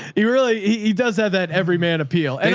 he really, he does have that. every man appeal, and